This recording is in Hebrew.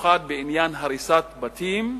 במיוחד בעניין הריסת בתים,